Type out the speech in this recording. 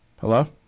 Hello